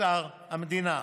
אוצר המדינה.